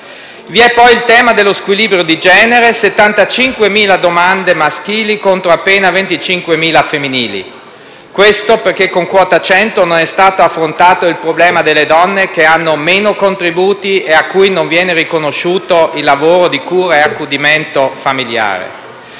Vi è poi il tema dello squilibrio di genere: 75.000 domande maschili contro appena 25.000 femminili. Questo perché con quota 100 non è stato affrontato il problema delle donne che hanno meno contributi e a cui non viene riconosciuto il lavoro di cura e accudimento familiare.